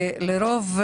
לרוב,